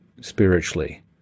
spiritually